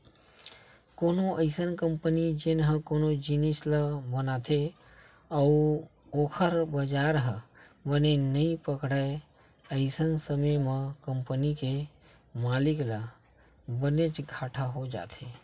कोनो अइसन कंपनी जेन ह कोनो जिनिस ल बनाथे अउ ओखर बजार ह बने नइ पकड़य अइसन समे म कंपनी के मालिक ल बनेच घाटा हो जाथे